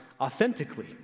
authentically